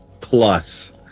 plus